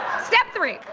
step three,